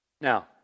Now